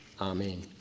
Amen